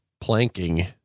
planking